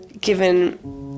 given